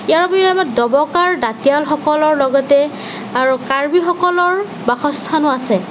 ইয়াৰ উপৰিও আমাৰ দবকাৰ দাঁতিয়ালসকলৰ লগতে আৰু কাৰ্বিসকলৰ বাসস্থানো আছে